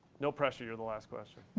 no pressure. you're the last question.